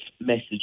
message